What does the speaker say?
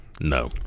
No